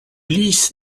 lys